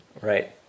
right